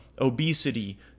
obesity